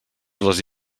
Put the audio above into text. les